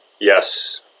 Yes